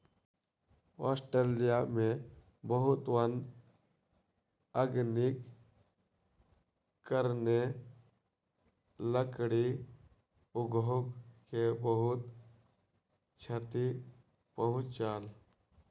Australia में बहुत वन अग्निक कारणेँ, लकड़ी उद्योग के बहुत क्षति पहुँचल